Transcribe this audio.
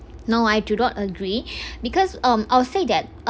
no I do not agree because um I would say that